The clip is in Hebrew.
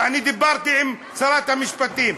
ואני דיברתי עם שרת המשפטים,